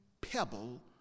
pebble